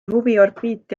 huviorbiiti